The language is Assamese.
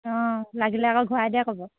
অঁ লাগিলে আকৌ ঘূৰাই দে ক'ব